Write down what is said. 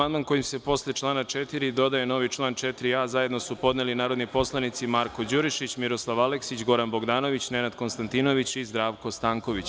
Amandman kojim se posle člana 4. dodaje novi član 4a. zajedno su podneli narodni poslanici Marko Đurišić, Miroslav Aleksić, Goran Bogdanović, Nenad Konstantinović i Zdravko Stanković.